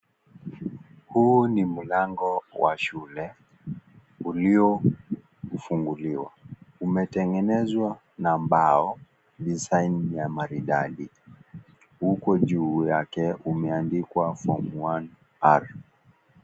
Huu ni mlango wa shule. Uliofunguliwa. Umetengenezwa na mbao design ya Maridadi. Huko njuu yake umeandikwa form 1R.